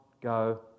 go